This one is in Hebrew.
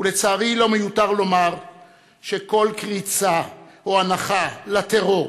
ולצערי, לא מיותר לומר שכל קריצה או הנחה לטרור,